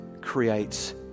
creates